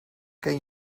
ken